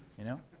you know?